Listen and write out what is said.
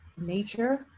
nature